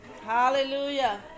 Hallelujah